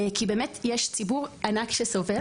כי באמת יש ציבור ענק שסובל